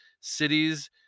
cities